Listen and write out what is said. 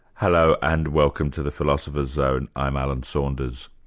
hello, and welcome to the philosopher's zone i'm alan saunders.